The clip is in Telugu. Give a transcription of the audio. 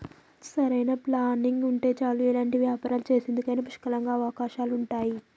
సరైన ప్లానింగ్ ఉంటే చాలు ఎలాంటి వ్యాపారాలు చేసేందుకైనా పుష్కలంగా అవకాశాలుంటయ్యి